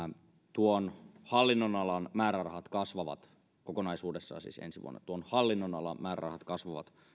tuon hallinnonalan määrärahat kasvavat kokonaisuudessaan siis ensi vuonna hallinnonalan määrärahat kasvavat